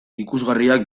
ikusgarriak